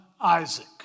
Isaac